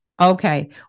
Okay